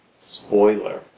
Spoiler